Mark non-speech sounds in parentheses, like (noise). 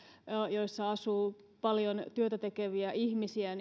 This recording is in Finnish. joissa asuu paljon työtä tekeviä ihmisiä (unintelligible)